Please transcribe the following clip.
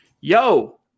Yo